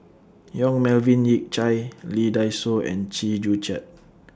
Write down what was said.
Yong Melvin Yik Chye Lee Dai Soh and Chew Joo Chiat